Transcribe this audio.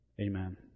Amen